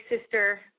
sister